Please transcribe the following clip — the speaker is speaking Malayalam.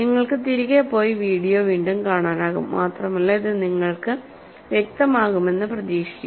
നിങ്ങൾക്ക് തിരികെ പോയി വീഡിയോ വീണ്ടും കാണാനാകും മാത്രമല്ല ഇത് നിങ്ങൾക്ക് വ്യക്തമാകുമെന്ന് പ്രതീക്ഷിക്കുന്നു